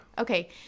Okay